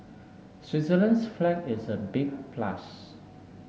Switzerland's flag is a big plus